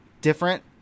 different